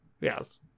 Yes